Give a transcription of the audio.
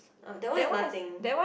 ah that one is nothing